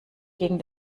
gegen